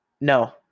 No